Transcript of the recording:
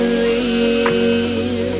real